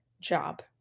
job